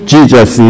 Jesus